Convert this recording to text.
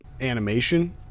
animation